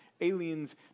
aliens